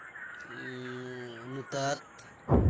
ᱧᱩᱛᱟᱹᱛ